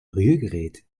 rührgerät